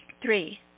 Three